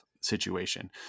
situation